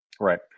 Right